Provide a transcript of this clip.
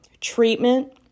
treatment